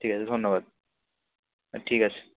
ঠিক আছে ধন্যবাদ ঠিক আছে